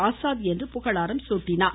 ஆசாத் என்று புகழாரம் சூட்டினார்